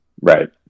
Right